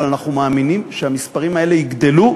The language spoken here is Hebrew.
אבל אנחנו מאמינים שהמספרים האלה יגדלו,